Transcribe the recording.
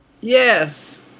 Yes